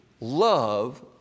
love